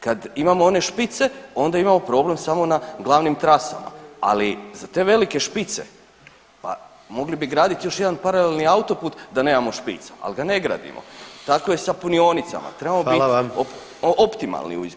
Kad imamo one špice onda imamo problem samo na glavnim trasama, ali za te velike špice, pa mogli bi gradit još jedan paralelni autoput da nemamo špica, al ga ne gradimo, tako je i sa punionicama, trebamo bit optimalni u izgradnji tog.